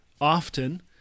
often